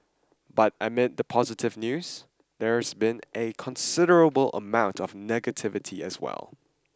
but amid the positive news there's been a considerable amount of negativity as well